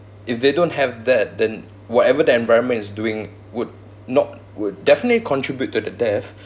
if they don't have that then whatever the environment is doing would not would definitely contribute to the death